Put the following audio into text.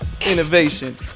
Innovation